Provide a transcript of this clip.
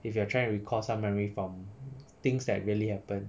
if you are trying to recall some memory from things that really happen